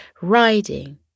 riding